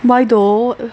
why though